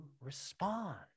respond